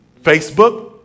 Facebook